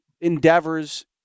endeavors